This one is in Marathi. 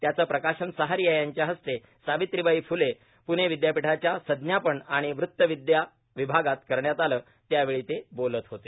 त्याचं प्रकाशन सहारिया यांच्या हस्ते सावित्रीबाई फ्ले प्णे विद्यापीठाच्या संज्ञापन आणि वृत्तपत्रविद्या विभागात करण्यात आलं त्यावेळी ते बोलत होते